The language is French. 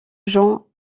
jean